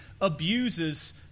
abuses